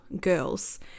girls